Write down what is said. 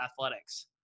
athletics